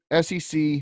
SEC –